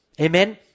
Amen